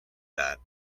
that